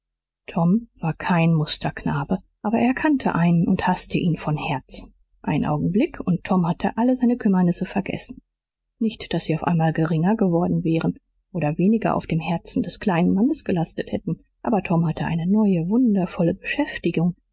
tom war kein musterknabe aber er kannte einen und haßte ihn von herzen ein augenblick und tom hatte alle seine kümmernisse vergessen nicht daß sie auf einmal geringer geworden wären oder weniger auf dem herzen des kleinen mannes gelastet hätten aber tom hatte eine neue wundervolle beschäftigung